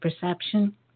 perception